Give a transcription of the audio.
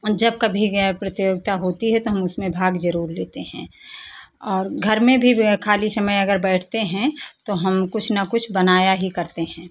औ जब कभी यह प्रतियोगिता होती है तो हम उसमें भाग ज़रूर लेते हैं और घर में भी खाली समय अगर बैठते हैं तो हम कुछ न कुछ बनाया ही करते हैं